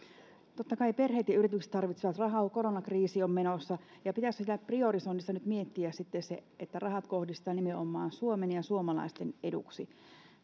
totta kai perheet ja yritykset tarvitsevat rahaa kun koronakriisi on menossa ja pitäisi siinä priorisoinnissa nyt miettiä sitten se että rahat kohdistetaan nimenomaan suomen ja suomalaisten eduksi